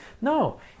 No